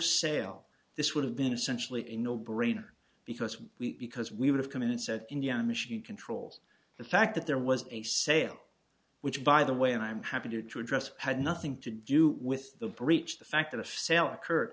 sale this would have been essentially a no brainer because we because we would have come in and said india mission control the fact that there was a sale which by the way i'm happy to address had nothing to do with the breach the fact that a sale occurred